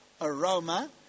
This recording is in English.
aroma